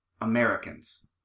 Americans